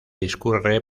discurre